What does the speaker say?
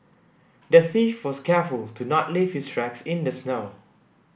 the thief was careful to not leave his tracks in the snow